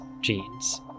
genes